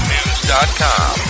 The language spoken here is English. News.com